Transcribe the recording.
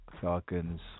Falcons